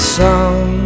song